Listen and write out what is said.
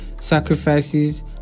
sacrifices